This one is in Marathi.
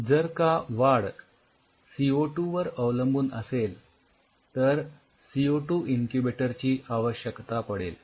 जर का वाढ सी ओ टू वर अवलंबून असेल तर सी ओ टू इन्क्युबेटर ची आवश्यकता पडेल